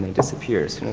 disappears. you know